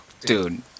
Dude